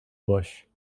bush